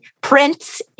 prince